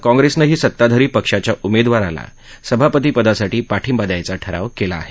काँग्रेसनंही सत्ताधारी पक्षाच्या उमेदवाराला सभापतीपदासाठी पाठिंबा द्यायचा ठराव केला आहे